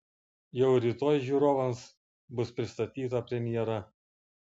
jau rytoj žiūrovams bus pristatyta premjera